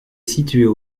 située